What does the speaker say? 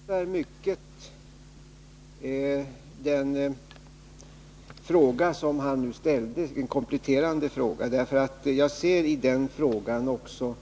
Herr talman! Får jag först till Svante Lundkvist säga att jag mycket uppskattar den kompletterande fråga som han nu ställde. Jag ser nämligen i den frågan också